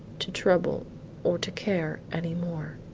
to trouble or to care any more.